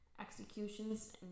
executions